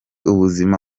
ubuzima